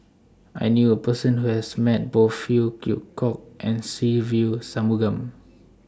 I knew A Person Who has Met Both Phey Yew Kok and Se Ve Shanmugam